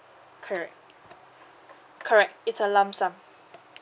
correct correct it's a lump sum